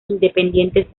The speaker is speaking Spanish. independientes